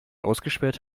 ausgesperrt